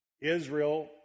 Israel